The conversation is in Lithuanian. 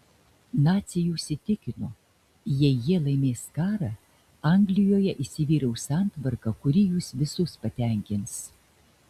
naciai jus įtikino jei jie laimės karą anglijoje įsivyraus santvarka kuri jus visus patenkins